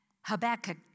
Habakkuk